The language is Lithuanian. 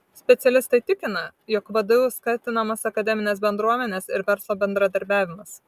specialistė tikina jog vdu skatinamas akademinės bendruomenės ir verslo bendradarbiavimas